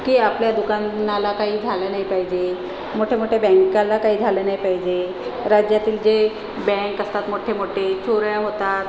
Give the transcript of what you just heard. की आपल्या दुकानाला काही झालं नाही पाहिजे मोठ्या मोठ्या बँकाला काय झालं नाही पाहिजे राज्यातील जे बँक असतात मोठ्ठे मोठ्ठे चोऱ्या होतात